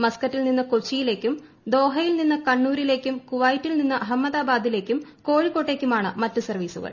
മസ്ക്കറ്റിൽ നിന്ന് കൊച്ചിയിലേക്കും ദോഹയിൽ നിന്ന് കണ്ണൂരിലേക്കും കുവൈറ്റിൽ നിന്ന് അഹമ്മദാബാദിലേക്കും കോഴിക്കോട്ടേക്കുമാണ് മറ്റ് സർവ്വീസുകൾ